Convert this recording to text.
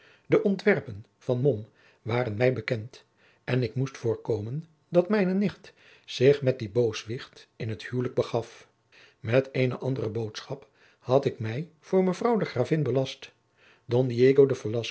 de ontwerpen van mom waren mij bekend en ik moest voorkomen dat mijne nicht zich met dien booswicht in t huwelijk begaf met eene andere boodschap had ik mij voor mevrouw de gravin belast don